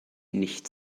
nicht